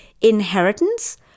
inheritance